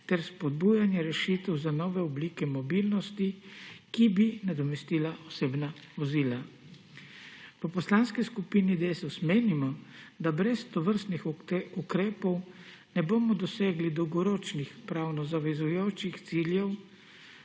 ter spodbujanje rešitev za nove oblike mobilnosti, ki bi nadomestila osebna vozila. V Poslanski skupini Desus menimo, da brez tovrstnih ukrepov ne bomo dosegli dolgoročnih pravno zavezujočih ciljev